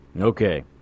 Okay